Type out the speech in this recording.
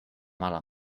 mala